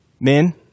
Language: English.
Men